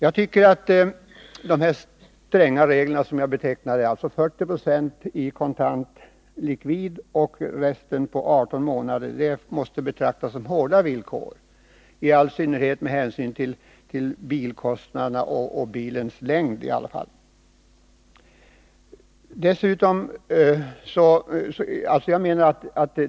De här reglerna för bilköp, som innebär att 40 96 av bilens värde skall betalas kontant och resten på 18 månader, måste betraktas som hårda villkor, i all synnerhet med hänsyn till bilkostnaderna och bilens livslängd.